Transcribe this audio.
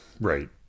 right